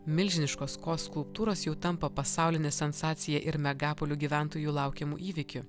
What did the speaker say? milžiniškos kaws skulptūros jau tampa pasauline sensacija ir megapolių gyventojų laukiamu įvykiu